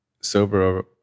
sober